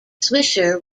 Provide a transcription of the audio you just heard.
swisher